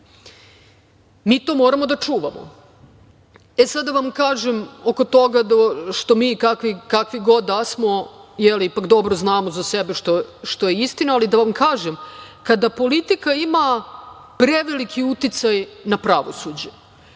Mi to moramo da čuvamo. Sad, da vam kažem oko toga, što mi, kakvi god da smo, ipak dobro znamo za sebe šta je istina, ali da vam kažem, kada politika ima preveliki uticaj na pravosuđe,